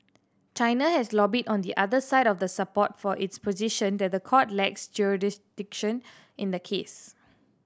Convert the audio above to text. China has lobbied on the other side of the support for its position that the court lacks jurisdiction in the case